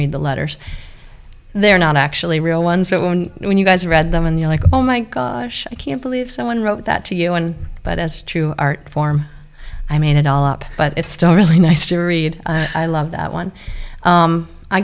read the letters they're not actually real ones so when you guys read them and you're like oh my gosh i can't believe someone wrote that to you and but as true art form i made it all up but it's still really nice to read i love that one